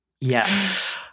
Yes